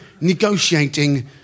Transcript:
negotiating